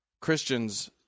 Christians